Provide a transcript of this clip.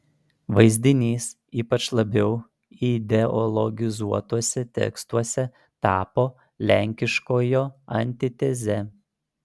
vaizdinys ypač labiau ideologizuotuose tekstuose tapo lenkiškojo antiteze